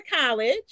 college